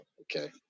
Okay